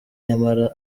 nyamara